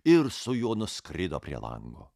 ir su juo nuskrido prie lango